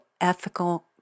ethical